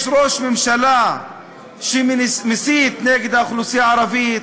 יש ראש ממשלה שמסית נגד האוכלוסייה הערבית,